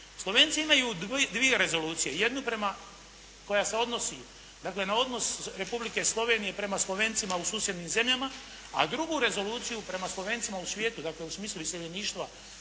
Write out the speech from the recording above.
Slovenci imaju dvije rezolucije. Jednu prema koja se odnosi, dakle na odnos Republike Slovenije prema Slovencima u susjednim zemljama, a drugu rezoluciju prema Slovencima u svijetu, dakle u smislu iseljeništva